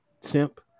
simp